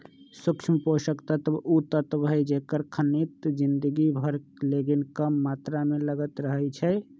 सूक्ष्म पोषक तत्व उ तत्व हइ जेकर खग्गित जिनगी भर लेकिन कम मात्र में लगइत रहै छइ